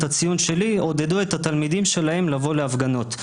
הציון שלי עודדו את התלמידים שלהם לבוא להפגנות.